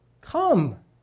Come